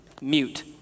Mute